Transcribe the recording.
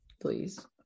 please